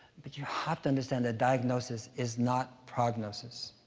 but you have to understand the diagnosis is not prognosis.